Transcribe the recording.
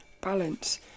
balance